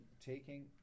taking